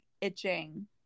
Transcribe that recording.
itching